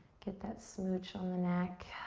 get that smooch on the neck.